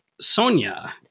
Sonia